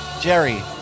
Jerry